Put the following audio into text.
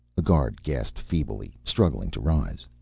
a guard gasped feebly, struggling to rise.